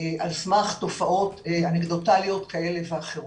על סמך תופעות אנקדוטליות כאלה ואחרות.